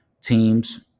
teams